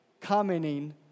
commenting